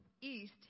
east